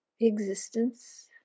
existence